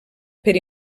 per